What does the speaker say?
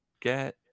get